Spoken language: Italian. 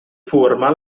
forma